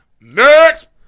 Next